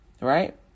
Right